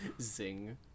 Zing